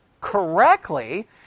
correctly